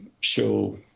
show